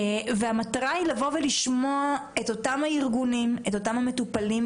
המטרה היא לשמוע את הארגונים והמטופלים,